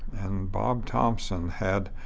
and bob thompson had